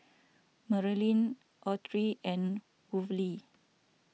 Merilyn Autry and Worley